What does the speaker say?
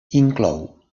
inclou